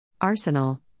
Arsenal